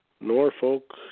Norfolk